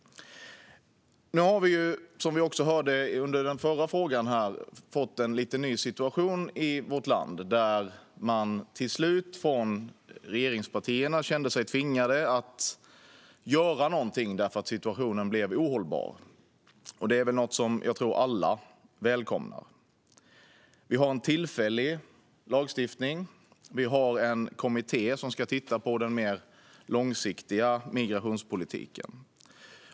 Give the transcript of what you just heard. Nu har vi, som vi hörde under den förra frågan här, fått en lite ny situation i vårt land där man till slut från regeringspartierna kände sig tvingade att göra någonting därför att situationen blev ohållbar. Det är något som jag tror att alla välkomnar. Vi har en tillfällig lagstiftning. Vi har en kommitté som ska titta på den mer långsiktiga migrationspolitiken.